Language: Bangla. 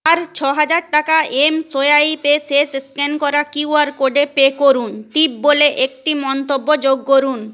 আর ছ হাজার টাকা এমসোয়াইপে শেষ স্ক্যান করা কিউআর কোডে পে করুন টিপ বলে একটি মন্তব্য যোগ করুন